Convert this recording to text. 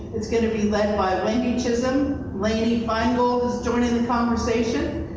it's going to be led by wendy chisholm. lainey feingold is joining the conversation,